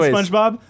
Spongebob